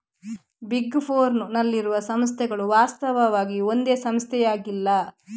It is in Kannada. ಬಿಗ್ ಫೋರ್ನ್ ನಲ್ಲಿರುವ ಸಂಸ್ಥೆಗಳು ವಾಸ್ತವವಾಗಿ ಒಂದೇ ಸಂಸ್ಥೆಯಾಗಿಲ್ಲ